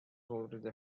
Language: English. already